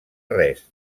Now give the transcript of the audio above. res